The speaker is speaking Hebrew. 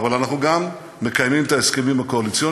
אבל אנחנו גם מקיימים את ההסכמים הקואליציוניים.